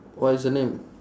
what is the name